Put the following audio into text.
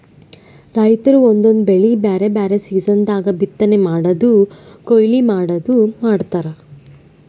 ರೈತರ್ ಒಂದೊಂದ್ ಬೆಳಿ ಬ್ಯಾರೆ ಬ್ಯಾರೆ ಸೀಸನ್ ದಾಗ್ ಬಿತ್ತನೆ ಮಾಡದು ಕೊಯ್ಲಿ ಮಾಡದು ಮಾಡ್ತಾರ್